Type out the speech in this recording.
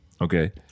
Okay